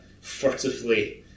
furtively